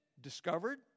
discovered